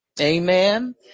Amen